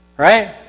Right